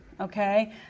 Okay